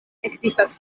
ekzistas